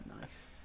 Nice